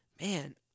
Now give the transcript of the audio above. man